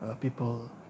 people